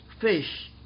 fish